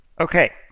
Okay